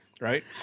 right